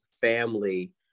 family